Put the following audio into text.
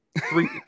Three